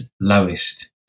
lowest